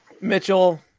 Mitchell